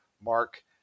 Mark